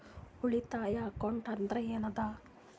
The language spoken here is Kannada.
ಉಳಿತಾಯ ಅಕೌಂಟ್ ಅಂದ್ರೆ ಏನ್ ಅದ?